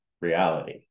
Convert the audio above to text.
reality